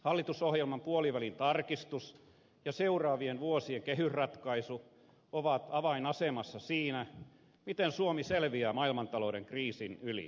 hallitusohjelman puolivälin tarkistus ja seuraavien vuosien kehysratkaisu ovat avainasemassa siinä miten suomi selviää maailmantalouden kriisin yli